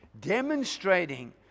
Demonstrating